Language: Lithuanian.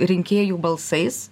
rinkėjų balsais